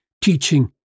teaching